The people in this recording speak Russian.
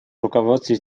руководстве